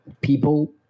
people